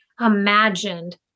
imagined